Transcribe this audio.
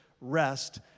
rest